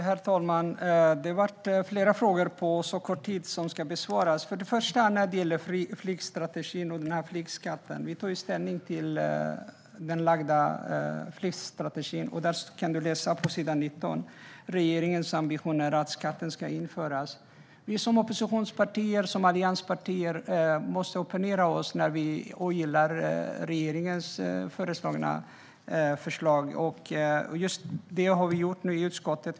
Herr talman! Det var flera frågor, som ska besvaras på kort tid. När det gäller flygstrategin och flygskatten tar vi ställning till den framlagda flygstrategin. Där kan man läsa på s. 19: "Regeringens ambition är att skatten ska införas." Som opposition måste vi i allianspartierna opponera oss när vi ogillar regeringens förslag. Just det har vi nu gjort i utskottet.